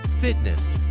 fitness